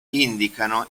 indicano